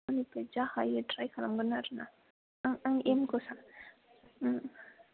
आंनिफ्राय जा होयो थ्राय खालामगोन आरोना आं आंनि एम खौ सा